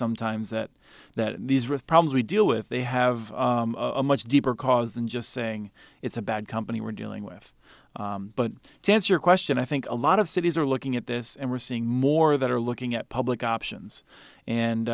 sometimes that that these risk problems we deal with they have a much deeper cause than just saying it's a bad company we're dealing with but to answer your question i think a lot of cities are looking at this and we're seeing more that are looking at public options and